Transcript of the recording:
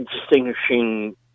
distinguishing